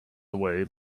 away